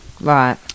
Right